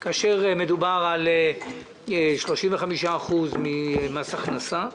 כאשר מדובר על 35% ממס הכנסה,